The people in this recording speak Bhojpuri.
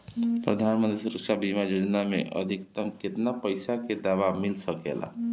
प्रधानमंत्री सुरक्षा बीमा योजना मे अधिक्तम केतना पइसा के दवा मिल सके ला?